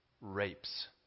rapes